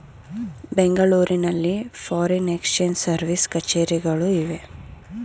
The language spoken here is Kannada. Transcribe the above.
ಬೆಂಗಳೂರಿನಲ್ಲಿ ಫಾರಿನ್ ಎಕ್ಸ್ಚೇಂಜ್ ಸರ್ವಿಸ್ ಕಛೇರಿಗಳು ಇವೆ